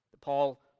Paul